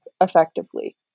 effectively